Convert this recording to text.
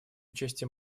участие